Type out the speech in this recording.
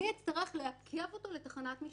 כי אני אצטרך לעכב אותו לתחנת משטרה,